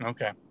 Okay